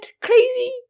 Crazy